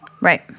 Right